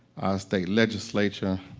state legislature